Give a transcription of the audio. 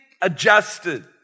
adjusted